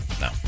No